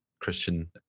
Christian